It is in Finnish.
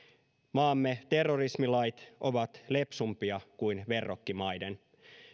maamme terrorismilait ovat lepsumpia kuin verrokkimaiden